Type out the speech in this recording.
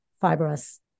fibrous